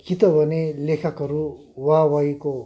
कि त भने लेखकहरू वाहवाहीको